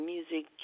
Music